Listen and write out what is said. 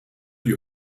die